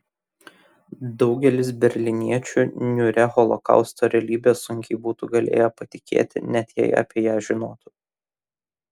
daugelis berlyniečių niūria holokausto realybe sunkiai būtų galėję patikėti net jei apie ją žinotų